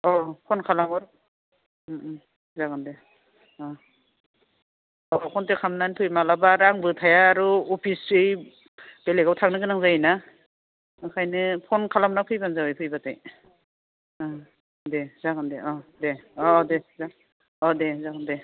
औ फन खालामहर ओम ओम जागोन दे औ कनटेक खालामनानै फै मालाबा आरो आंबो थाया आरो अफिसयै बेलेगआव थांनो गोनां जायो ना ओंखायनो फन खालामना फैबानो जाबाय फैबाथाय ओह दे जागोन दे औ दे औ दे औ जागोन दे